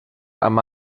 amb